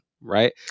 Right